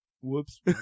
whoops